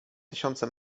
tysiące